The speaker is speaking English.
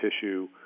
tissue